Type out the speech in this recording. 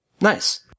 Nice